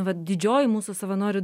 vat didžioji mūsų savanorių